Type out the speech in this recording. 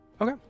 Okay